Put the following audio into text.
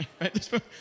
right